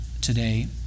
today